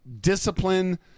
discipline